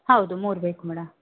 ಹೌದು ಮೂರು ಬೇಕು ಮೇಡಮ್